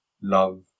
love